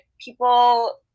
people